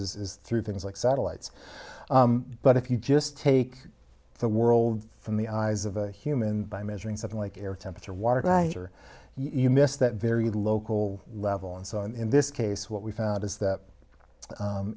is through things like satellites but if you just take the world from the eyes of a human by measuring something like air temperature water you missed that very local level and so in this case what we found is that